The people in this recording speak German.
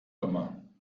immer